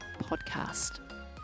podcast